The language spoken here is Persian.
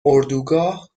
اردوگاه